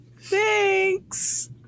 thanks